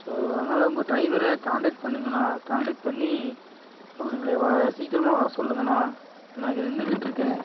so அதனால் உங்கள் டிரைவரை காண்டெக்ட் பண்ணுங்கண்ணா காண்டெக்ட் பண்ணி அவங்களை வ சீக்கிரமா வர சொல்லுங்கண்ணா நான் இங்கே நின்றுகிட்டுருக்கேன்